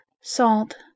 salt